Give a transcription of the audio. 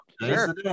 sure